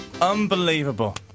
Unbelievable